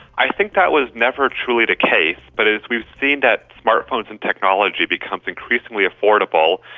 i think that was never truly the case. but as we've seen that smart phones and technology becomes increasingly affordable,